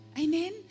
Amen